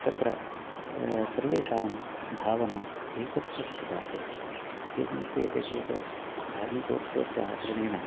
तत्र सर्वेषां भावना एकत्र स्थिता भवति एवं क्रियते चेत् धार्मिकोत्सवस्य आचरणेन